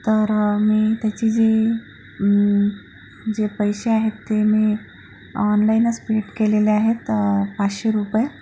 तर मी त्याचे जी जे पैसे आहेत ते मी ऑनलाइनच पेड केलेले आहेत पाचशे रुपये